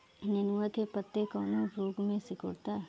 नेनुआ के पत्ते कौने रोग से सिकुड़ता?